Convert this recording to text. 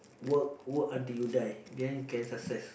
work work until you die then you can success